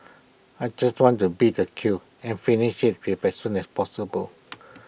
I just wanted to beat the queue and finish as soon as possible